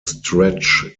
stretch